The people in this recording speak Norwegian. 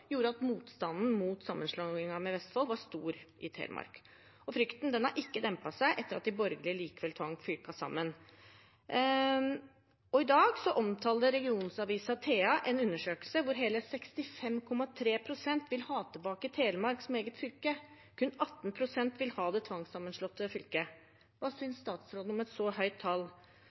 gjorde at motstanden mot sammenslåingen med Vestfold var stor i Telemark. Og frykten har ikke dempet seg etter at de borgerlige likevel tvang fylkene sammen. I dag omtaler regionsavisen TA en undersøkelse hvor hele 65,3 pst. vil ha tilbake Telemark som eget fylke. Kun 18 pst. vil ha det tvangssammenslåtte fylket. Hva synes statsråden om et så høyt tall